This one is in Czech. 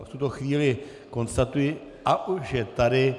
V tuto chvíli konstatuji už je tady.